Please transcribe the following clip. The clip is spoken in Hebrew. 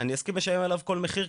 אני אסכים לשלם עליו כל מחיר,